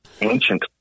ancient